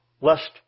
lest